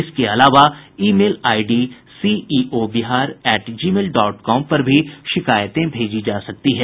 इसके अलावा email ID CEO Bihar at Gmail dot com पर भी शिकायतें भेजी जा सकती हैं